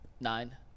nine